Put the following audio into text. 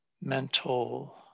mental